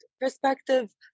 perspective